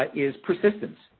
ah is persistence.